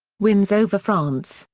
wins over france,